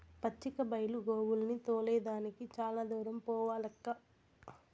పచ్చిక బైలు గోవుల్ని తోలే దానికి చాలా దూరం పోవాలక్కా